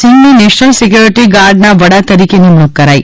સિંઘની national security ગાર્ડના વડા તરીકે નિમણૂંક કરાઈ